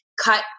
cut